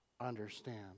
understand